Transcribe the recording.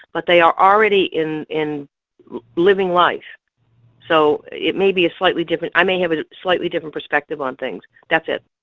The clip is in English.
but they are already in in living so it may be a slightly different i may have a slightly different perspective on things. that's it.